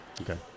Okay